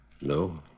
No